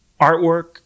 artwork